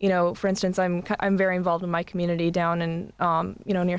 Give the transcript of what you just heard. you know for instance i'm i'm very involved in my community down in you know near